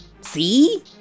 See